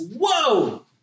whoa